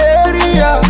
area